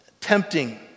tempting